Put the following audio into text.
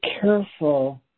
careful